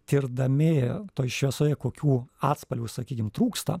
tirdami toj šviesoje kokių atspalvių sakykim trūksta